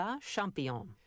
Champion